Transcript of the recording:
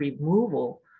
removal